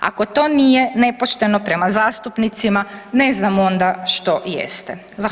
Ako to nije nepošteno prema zastupnicima, ne znam onda jeste.